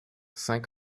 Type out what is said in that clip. saint